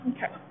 Okay